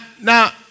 now